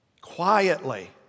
quietly